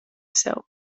sev